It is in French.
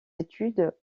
études